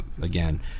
again